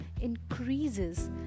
increases